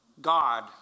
God